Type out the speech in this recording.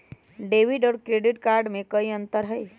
Debit और credit card में कई अंतर हई?